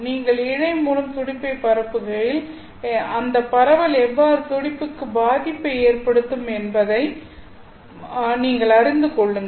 நீங்கள் இழை மூலம் துடிப்பைப் பரப்புகையில் அந்த பரவல் எவ்வாறு துடிப்புக்கு பாதிப்பை ஏற்படுத்தும் என்பதை நீங்கள் அறிந்து கொள்ளுங்கள்